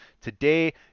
Today